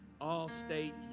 All-State